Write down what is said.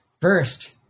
First